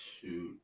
Shoot